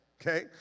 okay